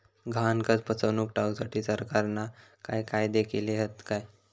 गहाणखत फसवणूक टाळुसाठी सरकारना काय कायदे केले हत काय?